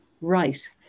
right